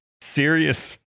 serious